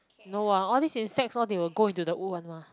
no ah all these insects all they will go in to the wood one mah